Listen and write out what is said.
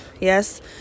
yes